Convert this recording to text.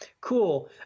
cool